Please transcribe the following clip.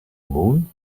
moon